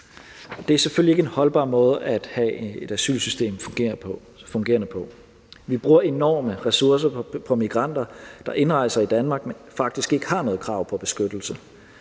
Det er selvfølgelig ikke en holdbar måde at have et asylsystem til at fungere på. Vi bruger enorme ressourcer på migranter, der indrejser i Danmark, men faktisk ikke har noget krav på beskyttelse.